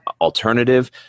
alternative